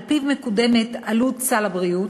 שעל-פיו מקודמת עלות סל הבריאות,